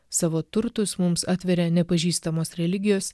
savo turtus mums atveria nepažįstamos religijos